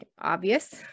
obvious